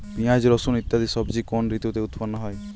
পিঁয়াজ রসুন ইত্যাদি সবজি কোন ঋতুতে উৎপন্ন হয়?